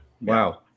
Wow